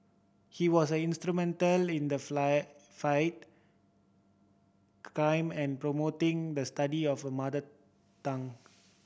he was instrumental in the flight fight crime and promoting the study of a mother tongue